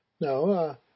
No